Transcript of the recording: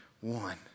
one